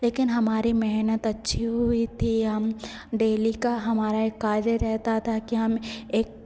लेकिन हमारी मेहनत अच्छी हुई थी हम डेली का हमारा एक कार्य रहता था कि हम एक